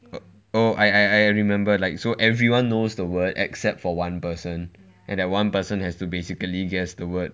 oh I I remember like so everyone knows the word except for one person and that one person has to basically guess the word